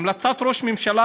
המלצת ראש הממשלה,